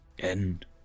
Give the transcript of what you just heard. End